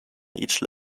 entry